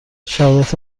شهادت